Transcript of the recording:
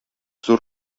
зур